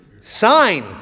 sign